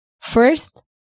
first